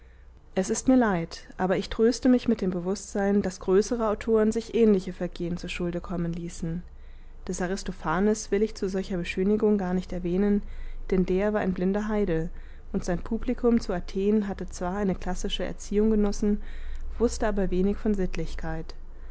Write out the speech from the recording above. es ist mir leid aber ich tröste mich mit dem bewußtsein daß größere autoren sich ähnliche vergehen zuschulden kommen ließen des aristophanes will ich zu solcher beschönigung gar nicht erwähnen denn der war ein blinder heide und sein publikum zu athen hatte zwar eine klassische erziehung genossen wußte aber wenig von sittlichkeit